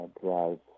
drive